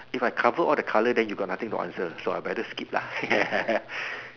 if I cover all the colour then you got nothing to answer so I better skip lah